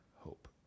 hope